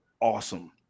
awesome